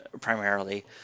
primarily